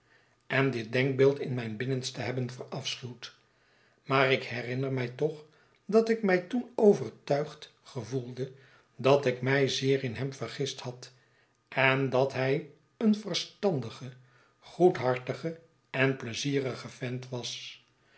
en dit denkbeeld in mijn binnenste hebben verafschuwd maar ik herinner mij toch dat ik mij toen overtuigd gevoelde dat ik mij zeer in hem vergist had en dat hij een verstandige goedhartige en pleizierige vent was